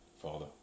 Father